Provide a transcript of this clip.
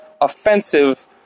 offensive